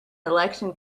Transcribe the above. election